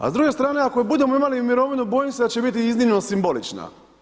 A s druge strane ako i budemo imali mirovinu bojim se da će biti iznimno simbolična.